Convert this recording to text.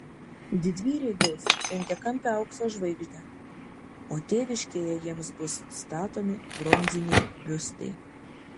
didvyriai gaus penkiakampę aukso žvaigždę o tėviškėje jiems bus statomi bronziniai biustai